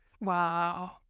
Wow